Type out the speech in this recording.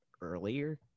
earlier